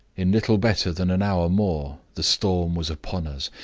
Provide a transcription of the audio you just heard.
in little better than an hour more, the storm was upon us,